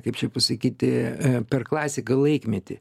kaip čia pasakyti per klasiką laikmetį